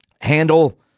Handle